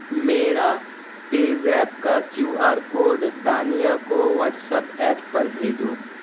میرا PayZapp کا Q R code Dania کو واٹس اپ ایپ پر بھیجو